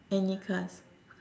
any cars